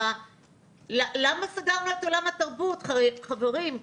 למה סגרנו את עולם התרבות, חברים?